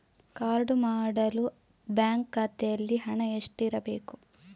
Card ಮಾಡಲು bank ಖಾತೆಯಲ್ಲಿ ಹಣ ಎಷ್ಟು ಇರಬೇಕು?